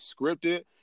scripted